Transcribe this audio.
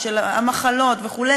ושל המחלות וכו',